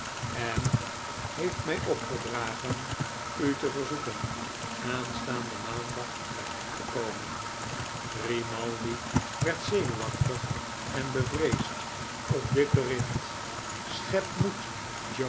en heeft mij opgedragen u te verzoeken aanstaanden maandag by hem te komen een onderhoud dat goede gevolgen heept grimaldi werd zenuwachtig en bevreesd op dit bericht schep moed